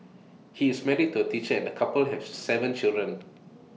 he is married to A teacher and the couple have Seven children